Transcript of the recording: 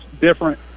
different